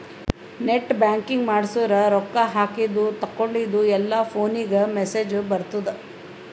net banking ಮಾಡ್ಸುರ್ ರೊಕ್ಕಾ ಹಾಕಿದ ತೇಕೊಂಡಿದ್ದು ಎಲ್ಲಾ ಫೋನಿಗ್ ಮೆಸೇಜ್ ಬರ್ತುದ್